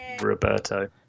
Roberto